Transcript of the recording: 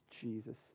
Jesus